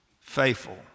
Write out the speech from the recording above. faithful